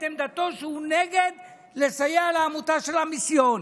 עמדתו שהוא נגד לסייע לעמותה של המיסיון.